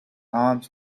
alms